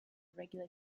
regular